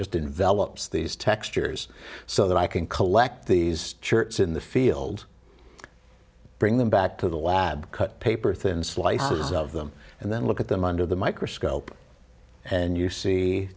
envelops these textures so that i can collect these shirts in the field bring them back to the lab cut paper thin slices of them and then look at them under the microscope and you see